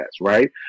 right